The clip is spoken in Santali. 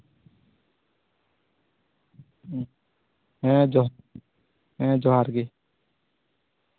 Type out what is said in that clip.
ᱦᱮᱸ ᱡᱚ ᱦᱮᱸ ᱡᱚᱦᱟᱨ ᱜᱮ